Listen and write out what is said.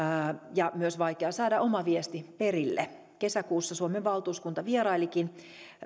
ja myös vaikea saada oma viesti perille kesäkuussa suomen valtuuskunta vierailikin